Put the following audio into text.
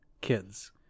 kids